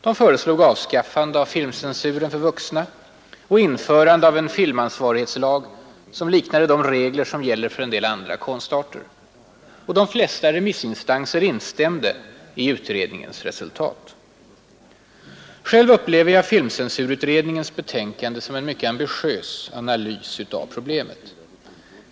De föreslog avskaffande av filmcensuren för vuxna och införande av en filmansvarighetslag som liknar de regler som gäller för en del andra konstarter. Och de flesta remissinstanser instämde i utredningens resultat. Själv upplever jag filmcensurutredningens betänkande som en mycket ambitiös analys av problemet.